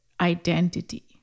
identity